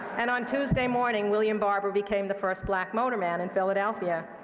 and on tuesday morning, william barber became the first black motorman in philadelphia.